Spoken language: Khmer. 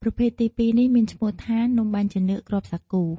ប្រភេទទីពីរនេះមានឈ្មោះថា នំបាញ់ចានឿកគ្រាប់សាគូ។